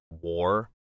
war